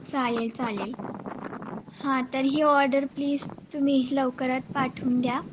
चालेल चालेल हां तर ही ऑडर प्लीज तुम्ही लवकरात पाठवून द्या